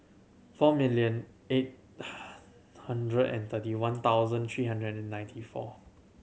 four million eight hundred and thirty one thousand three hundred and ninety four